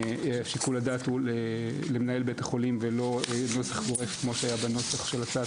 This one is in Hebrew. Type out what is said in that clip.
שיקול הדעת הוא למנהל בית החולים ולא נוסח גורף כמו שהיה בנוסח של הצעת